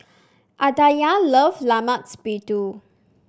Aditya loves Lemak Siput